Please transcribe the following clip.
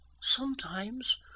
Sometimes